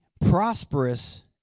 prosperous